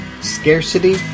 Scarcity